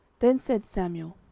then said samuel,